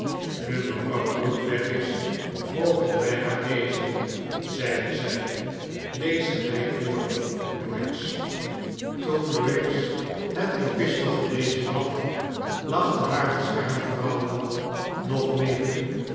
nu mevrouw bute weg is mogen wij haar lezen zeide zij lees ze mij voor briggs toen briggs het epistel gelezen had lachte haar beschermvrouwe nog meer